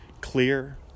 clear